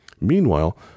Meanwhile